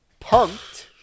Punked